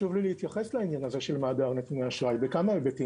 חשוב לי להתייחס לעניין הזה של מאגר נתוני אשראי בכמה היבטים.